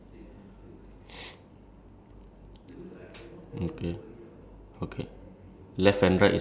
ya like rectangle but your flag is top bottom is red colour right the flag